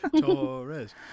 Torres